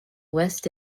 west